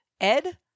Ed